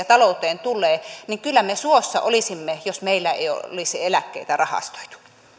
talouteen tulee niin kyllä me suossa olisimme jos meillä ei olisi eläkkeitä rahastoitu